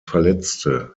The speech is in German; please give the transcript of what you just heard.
verletzte